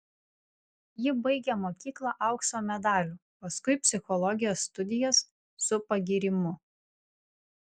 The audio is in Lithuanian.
ji baigė mokyklą aukso medaliu paskui psichologijos studijas su pagyrimu